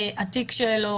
התיק שלו